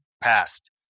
passed